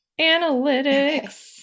Analytics